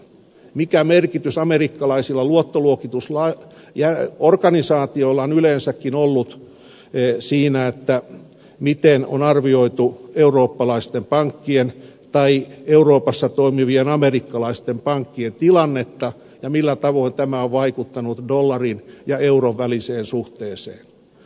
mikä merkitys amerikkalaisilla luottoluoki tusorganisaatioilla on yleensäkin ollut siinä miten on arvioitu eurooppalaisten pankkien tai euroopassa toimivien amerikkalaisten pankkien tilannetta ja millä tavoin tämä on vaikuttanut dollarin ja euron väliseen suhteeseen